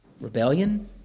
Rebellion